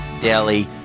daily